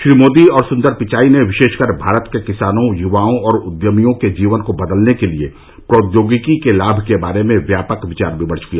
श्री मोदी और सुंदर पिचाई ने विशेषकर भारत के किसानों युवाओं और उद्यमियों के जीवन को बदलने के लिए प्रौद्योगिकी के लाभ के बारे में व्यापक विचार विमर्श किया